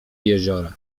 jeziora